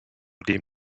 dem